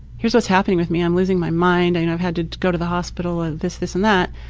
here is what's happening with me. i'm losing my mind. i've had to go to the hospital and this, this, and that.